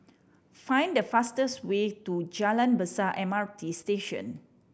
find the fastest way to Jalan Besar M R T Station